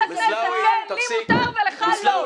לי מותר ולך לא.